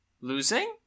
Losing